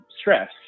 stress